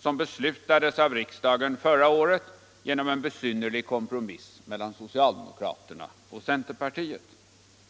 som beslutades av riksdagen förra året genom en besynnerlig kompromiss mellan socialdemokraterna och centerpartiet.